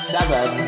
Seven